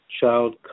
Child